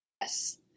Yes